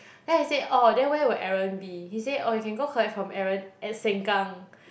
then I said oh then where will Aaron be she say oh you can go collect from Aaron at Sengkang